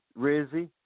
Rizzy